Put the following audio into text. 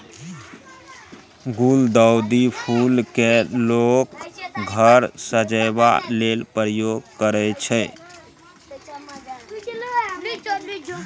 गुलदाउदी फुल केँ लोक घर सजेबा लेल प्रयोग करय छै